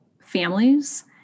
families